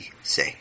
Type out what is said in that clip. say